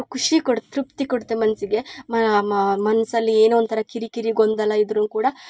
ಖುಷಿ ಕೊಡುತ್ ತೃಪ್ತಿ ಕೊಡುತ್ತೆ ಮನಸ್ಸಿಗೆ ಮನಸ್ಸಲ್ಲಿ ಏನೋವಂಥರ ಕಿರಿಕಿರಿ ಗೊಂದಲ ಇದ್ರು ಕೂಡ